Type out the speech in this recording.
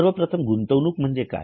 सर्वप्रथम गुंतवणूक म्हणजे काय